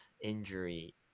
injury